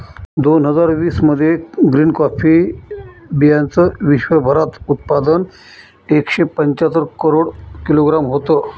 दोन हजार वीस मध्ये ग्रीन कॉफी बीयांचं विश्वभरात उत्पादन एकशे पंच्याहत्तर करोड किलोग्रॅम होतं